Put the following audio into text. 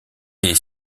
est